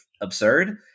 absurd